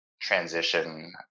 transition –